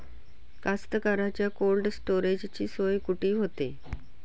कास्तकाराइच्या कोल्ड स्टोरेजची सोय कुटी होते?